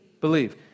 Believe